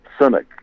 cynic